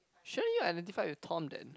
shouldn't you identify with Tom then